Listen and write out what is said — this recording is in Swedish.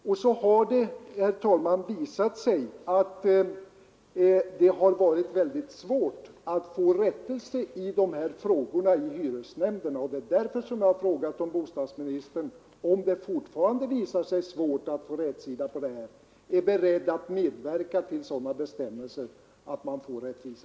Det har, herr talman, visat sig mycket svårt att få rättelse i de här frågorna i hyresnämnderna. Det är därför som jag har frågat bostadsministern om han, ifall det även i fortsättningen visar sig svårt att få rätsida på saken, är beredd att medverka till sådana bestämmelser att det skapas rättvisa.